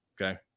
Okay